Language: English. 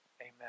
amen